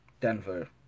Denver